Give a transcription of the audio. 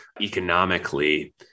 economically